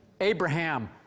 Abraham